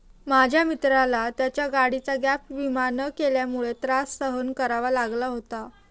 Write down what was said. माझ्या एका मित्राला त्याच्या गाडीचा गॅप विमा न केल्यामुळे त्रास सहन करावा लागला होता